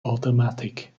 automatic